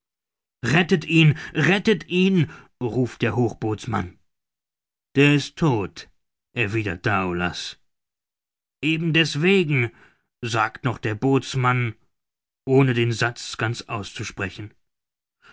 rettet ihn rettet ihn ruft der hochbootsmann der ist todt erwidert daoulas eben deswegen sagt noch der bootsmann ohne den satz ganz auszusprechen